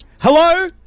Hello